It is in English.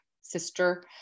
sister